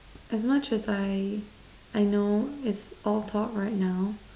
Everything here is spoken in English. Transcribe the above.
as much as I I know it's all talk right now